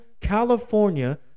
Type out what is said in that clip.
California